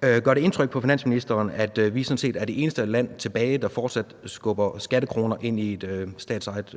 gør indtryk på finansministeren, at vi sådan set er det eneste tilbageværende land, der fortsat skubber skattekroner ind i et statsejet